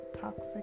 toxic